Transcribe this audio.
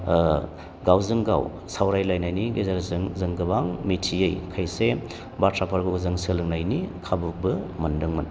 गावजों गाव सावरायलायनायनि गेजेरजों जों गोबां मिथियै खायसे बाथ्राफोरखौ जों सोलोंनायनि खाबुबो मोनदोंमोन